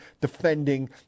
defending